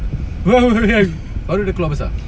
!whoa! !whoa! [ho] !hey! baru dia keluar besar